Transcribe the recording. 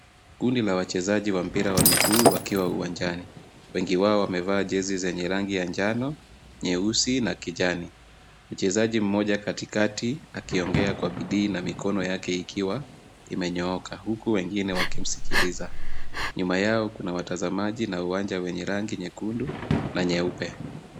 Kundi la wachezaji wa mpira ya miguu wakiwa uwanjani. Wengi wao wamevaa jezi yenye rangi ya njano, nyeusi na kijani. Mchezaji mmoja katikati akiongea kwa bidii na mikono yake ikiwa imenyooka, huku wengine wakimsikiliza. Nyuma yao kuna watazamaji na uwanja wenye rangi nyekundu na nyeupe.